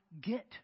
get